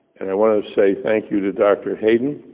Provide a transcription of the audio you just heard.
and i want to say thank you to dr. hayden,